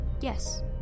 yes